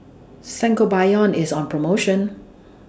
Sangobion IS on promotion